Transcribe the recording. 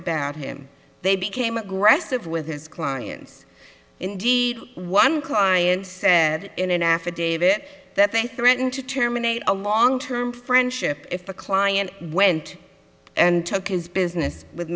about him they became aggressive with his clients indeed one client said in an affidavit that they threatened to terminate a long term friendship if the client went and took his business with